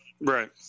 right